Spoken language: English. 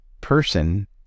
person